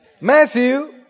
Matthew